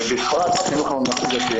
ובפרט החינוך הממלכתי-הדתי.